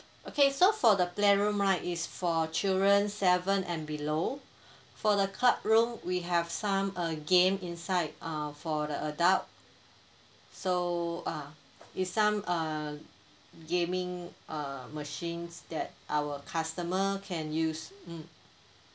okay so for the playroom right is for children seven and below for the clubroom we have some uh game inside uh for the adult so uh it's some uh gaming uh machines that our customer can use mm